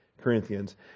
Corinthians